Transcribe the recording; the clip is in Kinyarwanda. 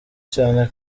cyane